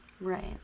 Right